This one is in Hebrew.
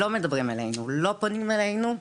לא מדברים עלינו, לא פונים אלינו.